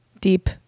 deep